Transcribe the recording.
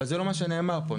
אבל זה לא מה שנאמר פה.